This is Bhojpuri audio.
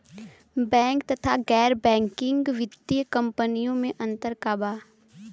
बैंक तथा गैर बैंकिग वित्तीय कम्पनीयो मे अन्तर का बा?